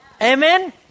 Amen